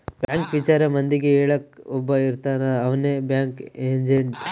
bank ವಿಚಾರ ಮಂದಿಗೆ ಹೇಳಕ್ ಒಬ್ಬ ಇರ್ತಾನ ಅವ್ನೆ ಬ್ಯಾಂಕ್ ಏಜೆಂಟ್